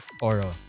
Oral